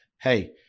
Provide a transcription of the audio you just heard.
hey